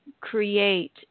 create